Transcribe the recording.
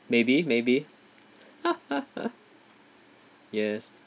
maybe maybe yes